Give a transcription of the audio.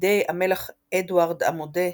בידי המלך אדוארד המודה,